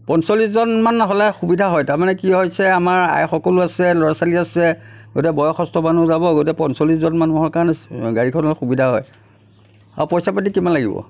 পঞ্চল্লিছজনমান হ'লে সুবিধা হয় তাৰমানে কি হৈছে আমাৰ আইসকলো আছে ল'ৰা ছোৱালী আছে গতিকে বয়সস্থ মানুহ যাব গতিকে পঞ্চলিছজনমান মানুহৰ কাৰণে গাড়ীখনৰ সুবিধা হয় আৰু পইচা পাতি কিমান লাগিব